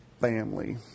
family